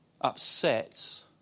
upsets